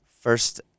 first